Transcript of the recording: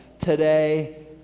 today